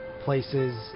places